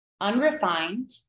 unrefined